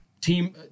Team